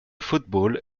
football